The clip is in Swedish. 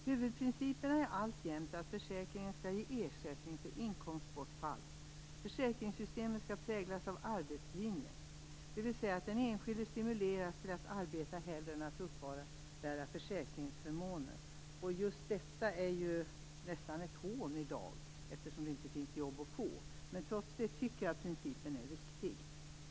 Huvudprinciperna är alltjämt att försäkringen skall ge ersättning för inkomstbortfall. Försäkringssystemen skall präglas av arbetslinjen, dvs. att den enskilde stimuleras till att arbeta hellre än att uppbära försäkringsförmåner. Just detta är i dag nästan ett hån, eftersom det inte finns jobb att få, men trots det tycker jag att principen är riktig.